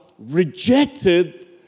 Rejected